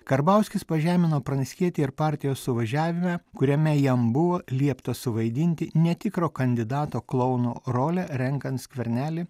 karbauskis pažemino pranckietį ir partijos suvažiavime kuriame jam buvo liepta suvaidinti netikro kandidato klouno rolę renkant skvernelį